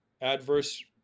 adverse